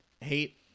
hate